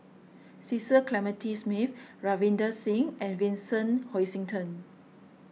Cecil Clementi Smith Ravinder Singh and Vincent Hoisington